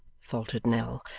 faltered nell.